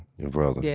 your brother? yeah